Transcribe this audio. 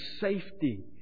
safety